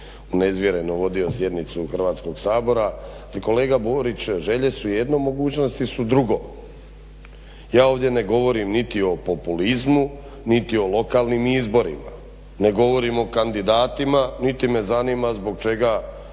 unezvjereno vodio sjednicu Hrvatskog sabora. Kolega Borić, želje su jedno, mogućnosti su drugo. Ja ovdje ne govorim niti o populizmu, niti o lokalnim izborima, ne govorim o kandidatima niti me zanima zbog čega